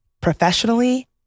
Professionally